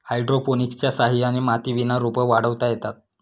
हायड्रोपोनिक्सच्या सहाय्याने मातीविना रोपं वाढवता येतात